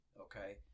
okay